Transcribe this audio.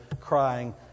crying